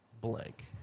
blank